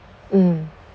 mm